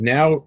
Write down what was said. Now